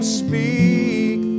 speak